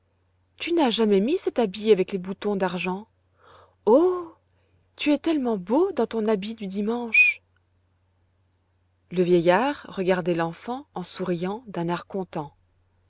tu n'as jamais mis cet habit avec les boutons d'argent oh tu es tellement beau dans ton habit du dimanche le vieillard regardait l'enfant en souriant d'un air content